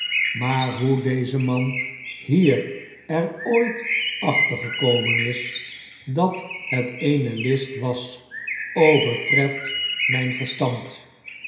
maar hoe deze man hier er ooit achter gekomen is dat het eene list was overtreft mjjn verstand